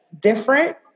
different